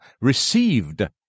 received